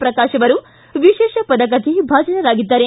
ಪ್ರಕಾಶ ಅವರು ವಿಶೇಷ ಪದಕಕ್ಕೆ ಭಾಜನರಾಗಿದ್ದಾರೆ